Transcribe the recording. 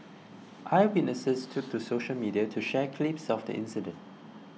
eyewitnesses took to social media to share clips of the incident